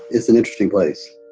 it's an interesting place